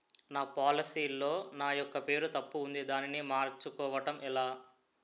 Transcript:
నా పోలసీ లో నా యెక్క పేరు తప్పు ఉంది దానిని మార్చు కోవటం ఎలా?